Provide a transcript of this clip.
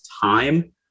time